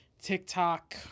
TikTok